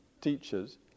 teachers